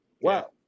Wow